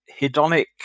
hedonic